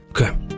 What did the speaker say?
Okay